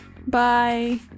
Bye